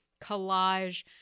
collage